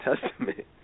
Testament